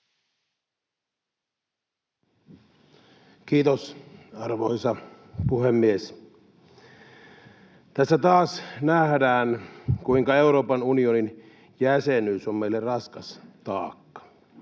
Kiitos, arvoisa puhemies! Tässä taas nähdään, kuinka Euroopan unionin jäsenyys on meille raskas taakka.